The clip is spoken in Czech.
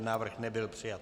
Návrh nebyl přijat.